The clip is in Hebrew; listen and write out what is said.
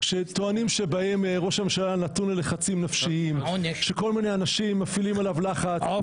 הרי אם ראש הממשלה נתון ללחצים נפשיים שעולה חשש לפגיעה בשיקול